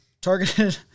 Targeted